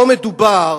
פה מדובר